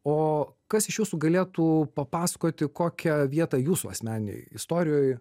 o kas iš jūsų galėtų papasakoti kokią vietą jūsų asmeninėj istorijoj